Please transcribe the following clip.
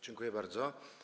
Dziękuję bardzo.